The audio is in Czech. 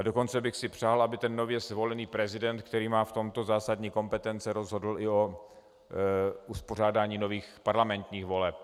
Dokonce bych si přál, aby nově zvolený prezident, který má v tomto zásadní kompetence, rozhodl i o uspořádání nových parlamentních voleb.